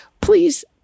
Please